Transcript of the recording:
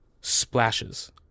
splashes